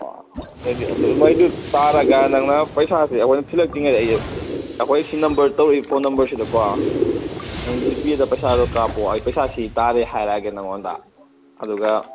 ꯑꯗꯩꯗꯤ ꯑꯗꯨꯉꯩꯗꯣ ꯇꯥꯔꯒ ꯅꯪꯅ ꯄꯩꯁꯥꯁꯤ ꯑꯩꯈꯣꯏ ꯊꯤꯜꯂꯛꯇ꯭ꯔꯤꯉꯩꯗ ꯑꯩ ꯑꯩꯈꯣꯏ ꯁꯤ ꯅꯝꯕꯔ ꯇꯧꯔꯛꯏ ꯐꯣꯟ ꯅꯝꯕꯔꯁꯤꯗꯀꯣ ꯅꯪ ꯖꯤꯄꯦꯗ ꯄꯩꯁꯥꯗꯣ ꯀꯥꯄꯛꯑꯣ ꯑꯩ ꯄꯨꯁꯥ ꯁꯤ ꯇꯥꯔꯦ ꯍꯥꯏꯔꯛꯑꯒꯦ ꯅꯉꯣꯟꯗ ꯑꯗꯨꯒ